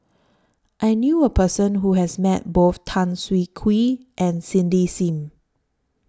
I knew A Person Who has Met Both Tan Siah Kwee and Cindy SIM